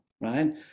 right